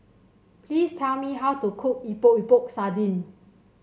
please tell me how to cook Epok Epok Sardin